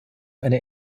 eine